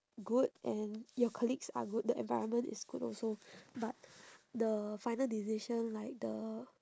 good and your colleagues are good the environment is good also but the final decision like the